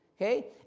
okay